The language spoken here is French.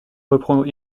reprendre